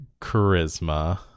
charisma